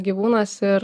gyvūnas ir